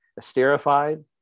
esterified